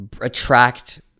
attract